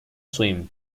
swim